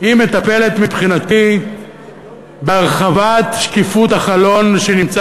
היא מטפלת מבחינתי בהרחבת שקיפות החלון שנמצא